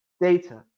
data